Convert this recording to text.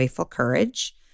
courage